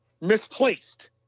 misplaced